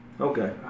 Okay